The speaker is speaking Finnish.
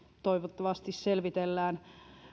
toivottavasti selvitellään